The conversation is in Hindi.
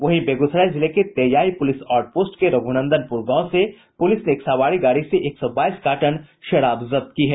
वहीं बेगूसराय जिले के तेयाय पुलिस आउट पोस्ट के रघूनंदनपूर गांव से पूलिस ने एक सवारी गाड़ी से एक सौ बाईस कार्टन शराब जब्त की है